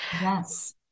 Yes